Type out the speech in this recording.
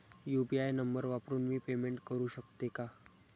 UPI number वापरून मी payment करू शकते का?